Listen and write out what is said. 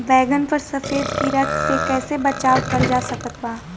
बैगन पर सफेद कीड़ा से कैसे बचाव कैल जा सकत बा?